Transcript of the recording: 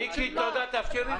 מיקי, תודה, תאפשרי לו.